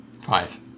Five